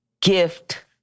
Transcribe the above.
gift